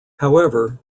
however